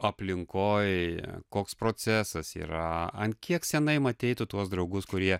aplinkoj koks procesas yra ant kiek senai matei tu tuos draugus kurie